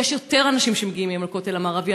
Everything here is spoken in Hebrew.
יותר אנשים מגיעים לכותל המערבי.